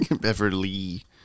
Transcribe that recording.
Beverly